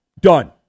done